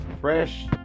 fresh